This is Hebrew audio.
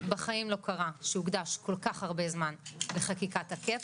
בחיים לא קרה שהוקדש כל כך הרבה זמן לחקיקת הקאפ.